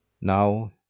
Now